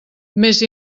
més